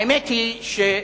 האמת היא שישראל,